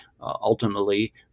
ultimately